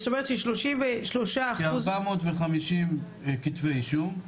זאת אומרת ש-33 אחוז --- כ-450 כתבי אישום,